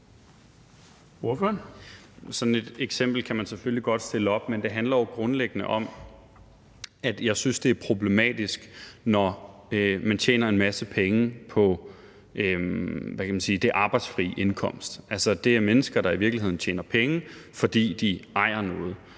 Sådan et eksempel kan man selvfølgelig godt stille op, men det handler jo grundlæggende om, at jeg synes, det er problematisk, når man tjener en masse penge på – hvad kan man sige – den arbejdsfri indkomst. Altså, det er mennesker, der i virkeligheden tjener penge, fordi de ejer noget,